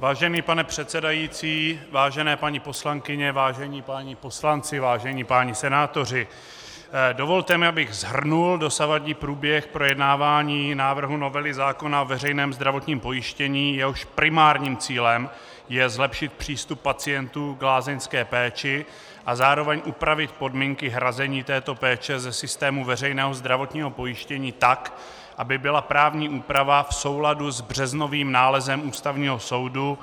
Vážený pane předsedající, vážené paní poslankyně, vážení páni poslanci, vážení páni senátoři, dovolte mi, abych shrnul dosavadní průběh projednávání návrhu novely zákona o veřejném zdravotním pojištění, jehož primárním cílem je zlepšit přístup pacientů k lázeňské péči a zároveň upravit podmínky hrazení této péče ze systému veřejného zdravotního pojištění tak, aby byla právní úprava v souladu s březnovým nálezem Ústavního soudu,